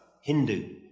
Hindu